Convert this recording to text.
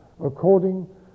according